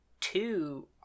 two